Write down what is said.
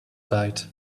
bite